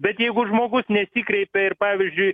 bet jeigu žmogus nesikreipia ir pavyzdžiui